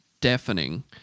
deafening